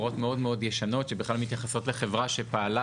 הוראות מאוד ישנות שבכלל מתייחסות לחברה שפעלה